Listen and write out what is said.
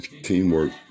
teamwork